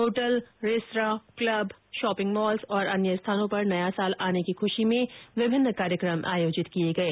hotel restaurant club shopping malls और अन्य स्थानों पर नया साल आने की खुशी में विविध कार्यक्रम आयोजित किये गये